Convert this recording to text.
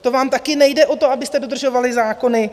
To vám taky nejde o to, abyste dodržovali zákony.